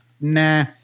nah